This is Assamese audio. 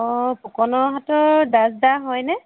অঁ ফুকনৰ হাতৰ দাস দা হয়নে